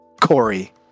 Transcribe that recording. Corey